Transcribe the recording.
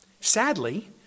Sadly